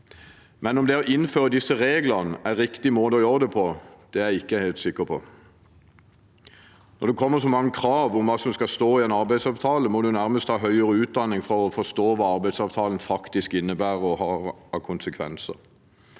men om det å innføre disse reglene er riktig måte å gjøre det på, er jeg ikke helt sikker på. Det kommer så mange krav om hva som skal stå i en arbeidsavtale, at man nærmest må ha høyere utdanning for å forstå hva arbeidsavtalen faktisk innebærer og har av konsekvenser.